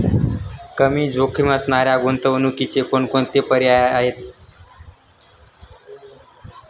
कमी जोखीम असणाऱ्या गुंतवणुकीचे कोणकोणते पर्याय आहे?